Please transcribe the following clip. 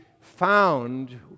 found